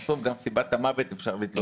בסוף גם סיבת המוות אפשר לתלות בכל מיני דברים.